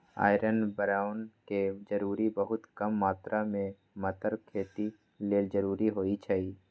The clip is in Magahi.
आयरन बैरौन के जरूरी बहुत कम मात्र में मतर खेती लेल जरूरी होइ छइ